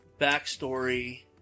Backstory